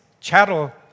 chattel